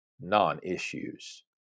non-issues